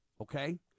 okay